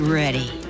ready